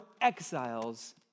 exiles